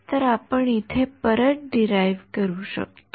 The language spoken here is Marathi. तर आपण ते इथे परत डिराइव्हकरू शकतो